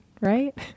right